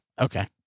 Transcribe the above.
okay